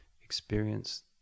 experience